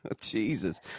Jesus